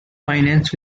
finance